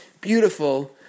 beautiful